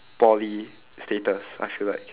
poly status I feel like